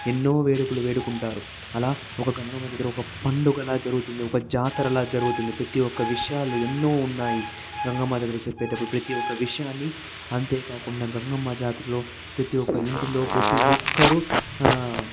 ఎన్నో వేడుకలు వేడుకుంటారు అలా ఒక గంగమ్మ జాతర ఒక పండుగలా జరుగుతుంది ఒక జాతరలా జరుగుతుంది ప్రతి ఒక్క విషయాలు ఎన్నో ఉన్నాయి గంగమ్మ తల్లి చెప్పేటప్పుడు ప్రతి ఒక్క విషయాన్ని అంతేకాకుండా గంగమ్మ జాతరలో ప్రతి ఒక ఇంటిలో ప్రతి ఒక్కరూ